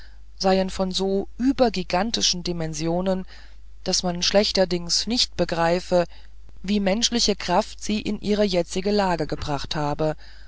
seien von so übergigantischen dimensionen daß man schlechterdings nicht begreife wie menschliche kraft sie in ihre jetzige lage gebracht habe